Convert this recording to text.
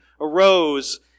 arose